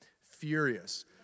furious